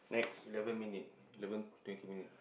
eleven minutes eleven twenty minutes